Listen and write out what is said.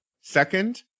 second